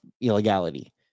illegality